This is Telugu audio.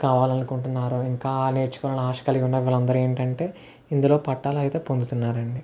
కావాలని అకుంటున్నారో ఇంకా నేర్చుకోవాలని ఆశ కలిగి ఉన్నారో వీళ్ళందరు ఏంటంటే ఇందులో పట్టాలైతే పొందుతున్నారండి